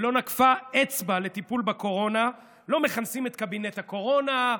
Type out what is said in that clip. ולא נקפה אצבע לטיפול בקורונה לא מכנסים את קבינט הקורונה,